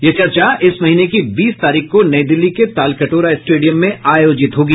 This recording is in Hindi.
यह चर्चा इस महीने की बीस तारीख को नई दिल्ली के ताल कटोरा स्टेडियम में आयोजित होगी